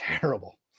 terrible